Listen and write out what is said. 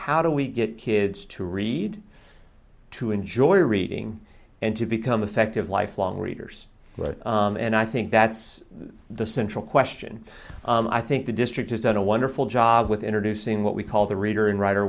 how do we get kids to read to enjoy reading and to become effective lifelong readers and i think that's the central question i think the district has done a wonderful job with introducing what we call the reader and writer